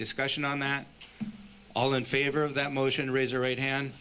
discussion on that all in favor of that motion raise your right hand